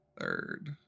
Third